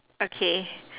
okay